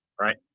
right